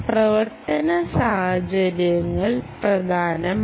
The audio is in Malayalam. പ്രവർത്തന സാഹചര്യങ്ങൾ പ്രധാനമാണ്